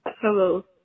Hello